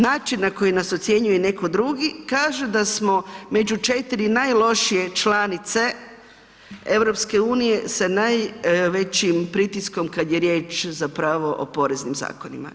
Način na koji nas ocjenjuje netko drugi kaže da smo među 4 najlošije članice EU sa najvećim pritiskom kada je riječ zapravo o poreznim zakonima.